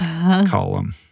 column